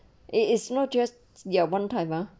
it is not just ya ya one time ah